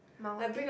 multi